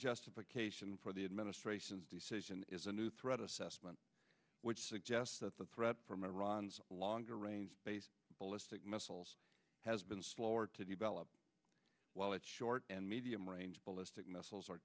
justification for the administration's decision is a new threat assessment which suggests that the threat from iran longer range ballistic missiles has been slower to develop while at short and medium range ballistic missiles are